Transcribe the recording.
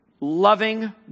Loving